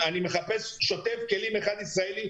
אני מחפש שוטף כלים אחד ישראלי,